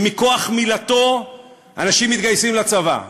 שמכוח מילתו אנשים מתגייסים לצבא,